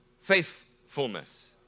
faithfulness